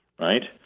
right